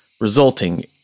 resulting